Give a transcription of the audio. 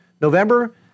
November